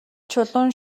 чулуун